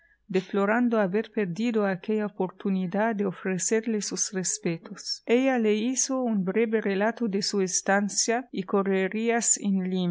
deplorando haber perdido aquella oportunidad de ofrecerle sus respetos ella le hizo un breve relato de su estancia y correrías